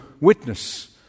witness